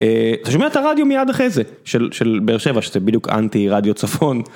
אתה שומע את הרדיו מיד אחרי זה של של באר שבע שזה בדיוק אנטי רדיו צפון.